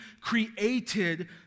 created